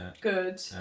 Good